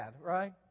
right